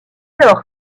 alors